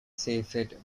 seifert